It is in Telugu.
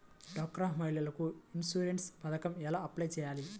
డ్వాక్రా మహిళలకు ఇన్సూరెన్స్ పథకం ఎలా అప్లై చెయ్యాలి?